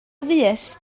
fuest